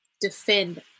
defend